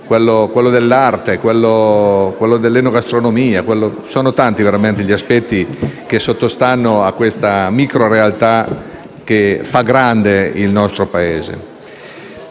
locale, dell'arte e dell'enogastronomia. Sono veramente tanti gli aspetti che sottostanno a questa micro realtà che fa grande il nostro Paese.